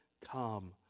come